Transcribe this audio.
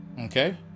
Okay